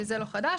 וזה לא חדש,